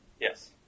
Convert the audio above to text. Yes